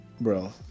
bro